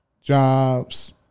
jobs